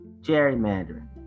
gerrymandering